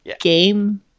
game